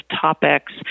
topics